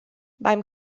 beim